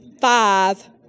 five